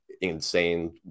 insane